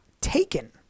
taken